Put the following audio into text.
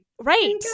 right